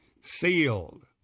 sealed